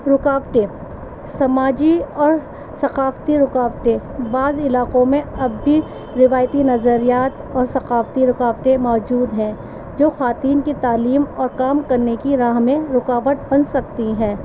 رکاوٹیں سماجی اور ثقافتی رکاوٹیں بعض علاقوں میں اب بھی روایتی نظریات اور ثقافتی رکاوٹیں موجود ہیں جو خواتین کی تعلیم اور کام کرنے کی راہ میں رکاوٹ بن سکتی ہیں